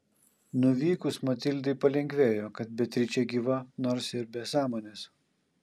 nuvykus matildai palengvėjo kad beatričė gyva nors ir be sąmonės